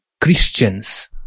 Christians